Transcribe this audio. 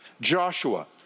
Joshua